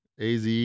AZ